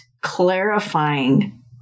clarifying